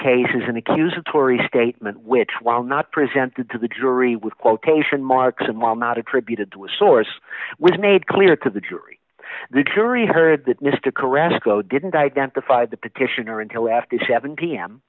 case is an accusatory statement which while not presented to the jury with quotation marks and while not attributed to a source was made clear to the jury the jury heard that mr caress go didn't identify the petitioner until after seven pm